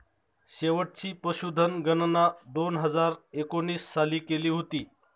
शेवटची पशुधन गणना दोन हजार एकोणीस साली केली होती